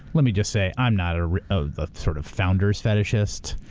let me just say i'm not ah of the sort of founders fetishist.